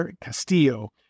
Castillo